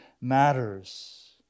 matters